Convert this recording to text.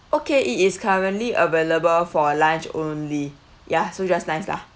okay it is currently available for lunch only ya so just nice lah